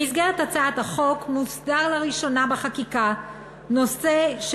במסגרת הצעת החוק מוסדר לראשונה בחקיקה ביצוע